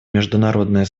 международное